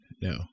No